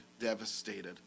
devastated